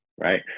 Right